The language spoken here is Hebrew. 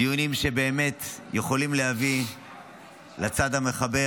דיונים שבאמת יכולים להביא לַצד המחבר